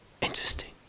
interesting